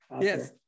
yes